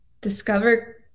discover